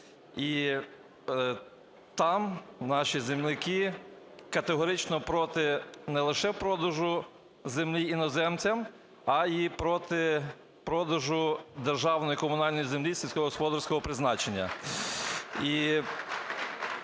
і там наші земляки категорично проти не лише продажу землі іноземцям, а і проти продажу державної і комунальної землі сільськогосподарського призначення.